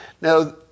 Now